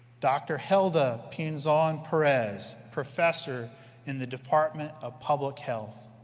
dr. helda pinzon-perez, professor in the department of public health.